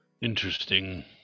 Interesting